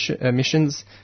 emissions